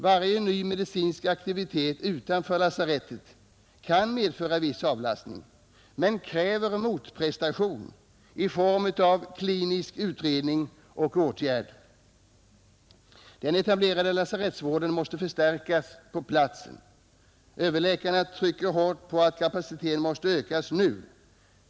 Varje ny medicinsk aktivitet utanför lasarettet kan medföra viss avlastning men kräver motprestation i form av klinisk utredning och åtgärd. Den "etablerade" lasarettsvården måste förstärkas på platsen. Överläkarna trycker hårt på att kapaciteten måste ökas nu.